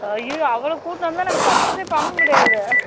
அய்யய்யோ அவளை கூட்டு வந்தால் நம்ம பர்சேஸ்ஸே பண்ண முடியாதே